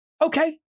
Okay